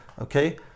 okay